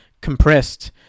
compressed